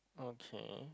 okay